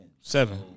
Seven